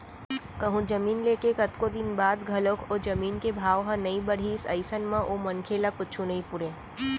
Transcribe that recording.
कहूँ जमीन ले के कतको दिन बाद घलोक ओ जमीन के भाव ह नइ बड़हिस अइसन म ओ मनखे ल कुछु नइ पुरय